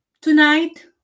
tonight